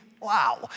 Wow